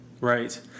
right